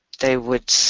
they would